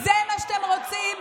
ממש לא.